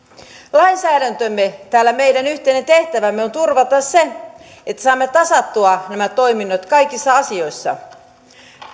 lainsäädäntömme tehtävänä täällä meidän yhteisenä tehtävänämme on turvata se että saamme tasattua nämä toiminnot kaikissa asioissa